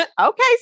okay